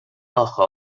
آخه